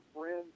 friends